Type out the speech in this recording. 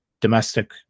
domestic